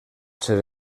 ser